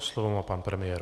Slovo má pan premiér.